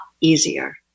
easier